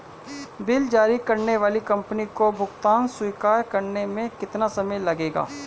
Bill जारी करने वाली कंपनी को भुगतान स्वीकार करने में कितना समय लगेगा?